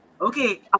Okay